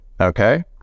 Okay